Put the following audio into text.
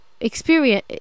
experience